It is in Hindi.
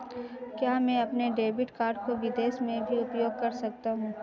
क्या मैं अपने डेबिट कार्ड को विदेश में भी उपयोग कर सकता हूं?